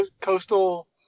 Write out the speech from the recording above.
Coastal